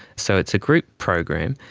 so it's a group program,